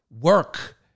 work